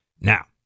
Now